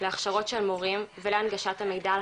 להכשרות של מורים ולהנגשת המידע על